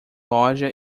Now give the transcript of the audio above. loja